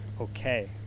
okay